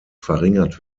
verringert